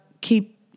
keep